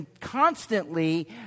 constantly